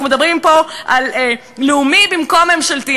אנחנו מדברים פה על לאומי במקום ממשלתי,